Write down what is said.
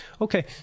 okay